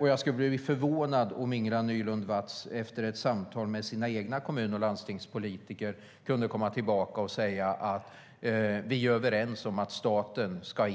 Jag skulle bli förvånad om Ingela Nylund Watz efter ett samtal med sina egna kommun och landstingspolitiker skulle komma tillbaka och säga att de är överens om att staten ska